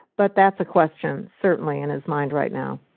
but that's a question, certainly, in his mind right now.